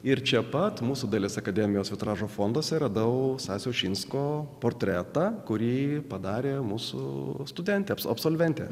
ir čia pat mūsų dailės akademijos vitražo fonduose radau stasio ušinsko portretą kurį padarė mūsų studentė absolventė